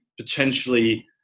potentially